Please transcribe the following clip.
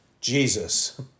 Jesus